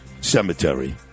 Cemetery